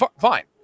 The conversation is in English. fine